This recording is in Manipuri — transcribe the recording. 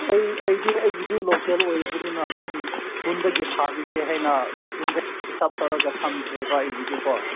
ꯑꯩ ꯑꯩꯗꯤ ꯑꯩꯒꯤꯗꯤ ꯂꯣꯀꯦꯜ ꯑꯣꯏꯕꯅꯤꯅ ꯑꯗꯨꯝ ꯈꯨꯟꯗꯒꯤ ꯊꯥꯕꯤꯒꯦ ꯍꯥꯏꯅ ꯈꯨꯟꯗ ꯍꯤꯁꯥꯞ ꯇꯧꯔꯒ ꯊꯝꯈ꯭ꯔꯦꯕ ꯑꯩꯒꯤꯗꯤ ꯀꯣ